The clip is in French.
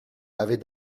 avait